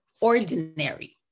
ordinary